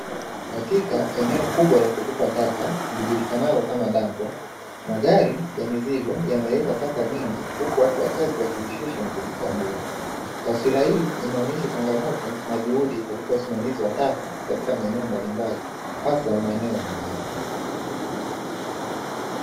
Katika eneo kubwa la kutupa taka lijulikanali kama dampo, magari ya mizigo yameleta taka nyingi huku watu wachache wakizishuka na kuchambua. Taswira hii inaonyesha changamoto na juhudi katika usimamizi wa taka katika maeneo mbalimbali hasa maeneo ya mjini.